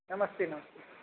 नमस्ते नमस्ते